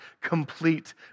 complete